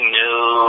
new